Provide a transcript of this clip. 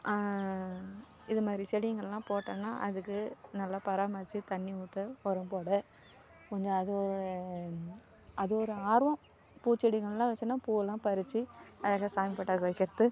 இது மாதிரி செடிங்கலாம் போட்டோம்னா அதுக்கு நல்லா பராமரித்து தண்ணிர் ஊற்ற உரம் போட அது அது ஒரு ஆர்வம் பூச்செடிங்கலாம் வைச்சோனா பூ எல்லாம் பறித்து அழகாக சாமி ஃபோட்டோக்கு வைக்கிறது